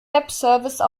webservice